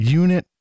unit